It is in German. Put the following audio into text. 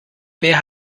wer